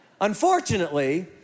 Unfortunately